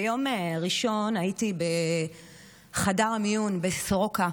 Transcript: ביום ראשון הייתי בחדר המיון בסורוקה,